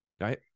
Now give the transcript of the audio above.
Right